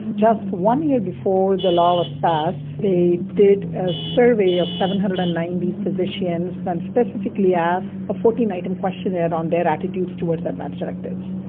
just one year before the law was passed they did a survey of seven hundred and ninety physicians and um specifically asked a fourteen item questionnaire on their attitudes towards advance directives.